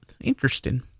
interesting